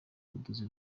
ubudozi